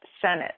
Senate